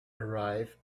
arrive